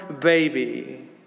baby